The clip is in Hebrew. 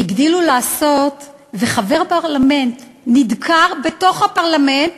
וחבר פרלמנט נדקר בתוך הפרלמנט